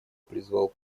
призвал